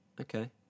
Okay